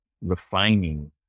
refining